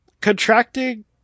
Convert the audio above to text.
Contracting